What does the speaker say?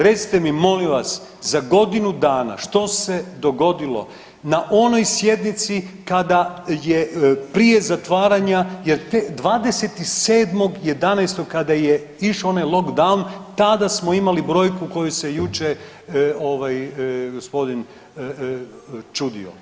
Recite mi molim vas za godinu dana što se dogodilo na onoj sjednici kada je prije zatvaranja jer 27.11. kada je išao onaj lockdown tada smo imali brojku koju se jučer ovaj gospodin čudio.